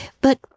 But